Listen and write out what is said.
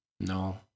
No